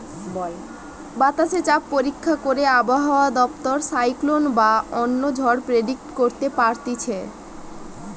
বাতাসে চাপ পরীক্ষা করে আবহাওয়া দপ্তর সাইক্লোন বা অন্য ঝড় প্রেডিক্ট করতে পারতিছে